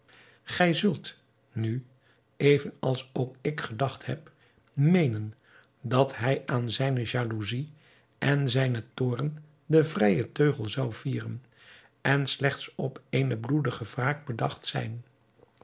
gij zult nu even als ook ik gedacht heb meenen dat hij aan zijne jalousie en zijnen toorn den vrijen teugel zou vieren en slechts op eene bloedige wraak bedacht zijn